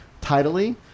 tidily